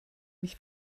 mich